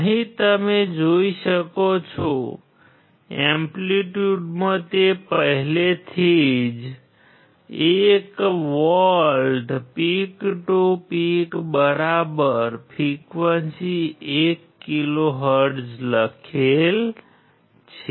તમે અહીં જોઈ શકો છો એમ્પ્લિટ્યૂડમાં તે પહેલેથી જ 1 volt પીક ટુ પીક બરાબર ફ્રીક્વન્સી 1 કિલોહર્ટ્ઝ લખેલ છે